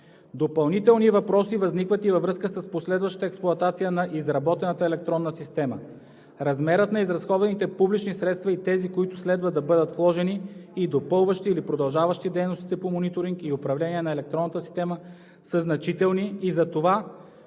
Допълнителни въпроси възникват и във връзка с последващата експлоатация на изработената електронна система. Размерът на изразходваните публични средства и тези, които следва да бъдат вложени, и допълващи или продължаващи дейностите по мониторинг и управление на електронната система са значителни и затова